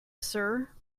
sir